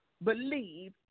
believe